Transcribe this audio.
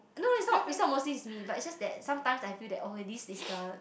no it's not it's not mostly is me but it's just that sometimes I feel oh this is the